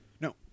No